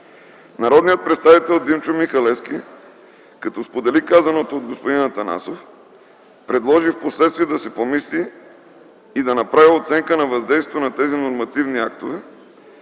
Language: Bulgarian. Народният представител Димчо Михалевски, като сподели казаното от господин Атанасов, предложи впоследствие да се помисли и да направи оценка на въздействието на тези нормативни актове,